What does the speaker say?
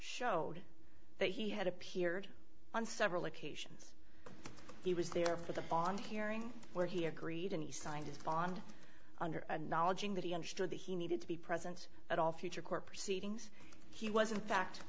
showed that he had appeared on several occasions he was there for the bond hearing where he agreed and he signed his bond under knowledge in that he understood that he needed to be present at all future court proceedings he was in fact